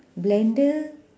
blender